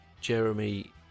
Jeremy